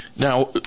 Now